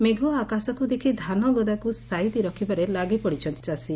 ମେଘୁଆ ଆକାଶକୁ ଦେଖ୍ ଧାନଗଦାକୁ ସାଇତି ରଖବାରେ ଲାଗିପଡ଼ିଛନ୍ତି ଚାଷୀ